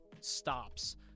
stops